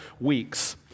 weeks